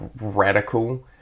radical